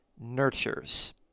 nurtures